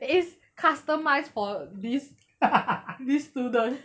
it's customised for this this student